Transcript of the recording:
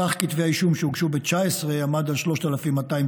סך כתבי האישום שהוגשו ב-2019 עמד על 3,291,